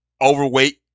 overweight